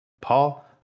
Paul